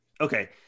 Okay